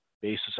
basis